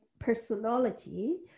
personality